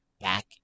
back